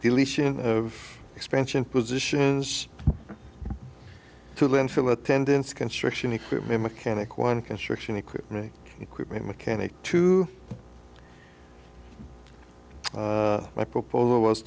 deletion of expansion positions to landfill attendants construction equipment mechanic one construction equipment equipment mechanic to my proposal was